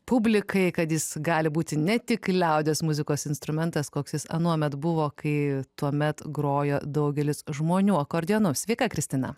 publikai kad jis gali būti ne tik liaudies muzikos instrumentas koks jis anuomet buvo kai tuomet grojo daugelis žmonių akordeonu sveika kristina